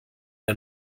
der